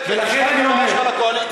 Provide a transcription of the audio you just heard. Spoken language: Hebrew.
לכן אני אומר,